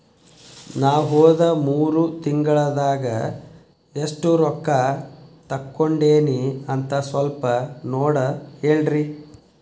ನಾ ಹೋದ ಮೂರು ತಿಂಗಳದಾಗ ಎಷ್ಟು ರೊಕ್ಕಾ ತಕ್ಕೊಂಡೇನಿ ಅಂತ ಸಲ್ಪ ನೋಡ ಹೇಳ್ರಿ